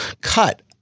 cut